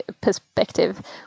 perspective